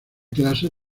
clases